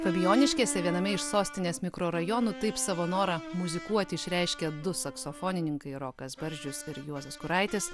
fabijoniškėse viename iš sostinės mikrorajonų taip savo norą muzikuoti išreiškia du saksofonininkai rokas barzdžius ir juozas kuraitis